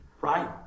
right